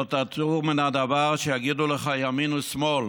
לא תסור מהדבר שיגידו לך ימין או שמאל,